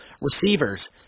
Receivers